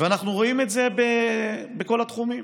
ואנחנו רואים את זה בכל התחומים.